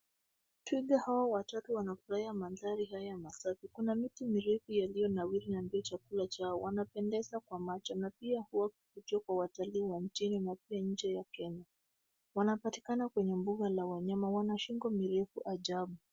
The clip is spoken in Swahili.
Twiga hawa watatu wanafurahia mandhari haya masafi. Kuna miti mirefu yaliyonawiri na ndio chakula chao. Wanapendeza kwa macho na pia huvutia watalii nchini na pia nje ya fremu. Wanapatikana kwenye mbuga la wanyama, wana shingo mirefu ajabu.